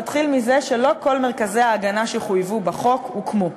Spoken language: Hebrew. נתחיל בזה שלא כל מרכזי ההגנה שחויבו בחוק הוקמו.